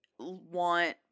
want